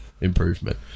improvement